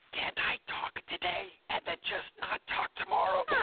can i talk today, and then just not talk tomorrow?